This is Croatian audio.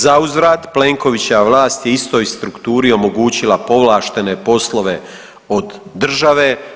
Za uzvrat Plenkovićeva vlast je istoj strukturi omogućila povlaštene poslove od države.